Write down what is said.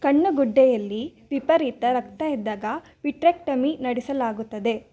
ಕಣ್ಣು ಗುಡ್ಡೆಯಲ್ಲಿ ವಿಪರೀತ ರಕ್ತ ಇದ್ದಾಗ ವಿಟ್ರಕ್ಟಮಿ ನಡೆಸಲಾಗುತ್ತದೆ